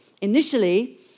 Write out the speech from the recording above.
Initially